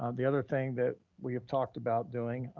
um the other thing that we have talked about doing,